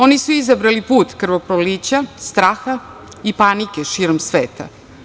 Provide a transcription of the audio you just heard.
Oni su izabrali put krvoprolića, straha i panike širom sveta.